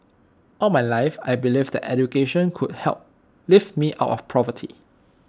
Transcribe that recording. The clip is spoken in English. all my life I believed that education could help lift me out of poverty